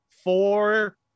four